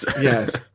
Yes